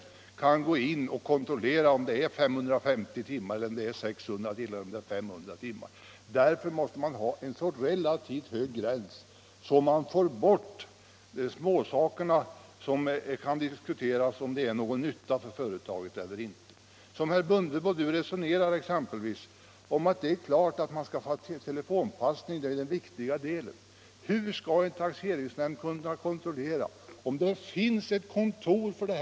I kan gå in och kontrollera om det är 550 timmar eller 600 timmar eller — Avveckling av s.k. 500 timmar. Därför måste vi ha en så relativt hög gräns att man får bort — faktisk sambeskattsmåsakerna, beträffande vilka man kan diskutera om de är till någon nytta — ning för företaget eller inte. Herr Mundebo säger exempelvis att det är klart att man skall få ha telefonpassning — det är ju så viktigt för servicen. Hur skall en taxeringsnämnd kunna kontrollera om vederbörande arbetar eller inte?